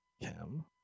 Kim